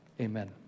amen